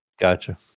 Gotcha